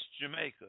Jamaica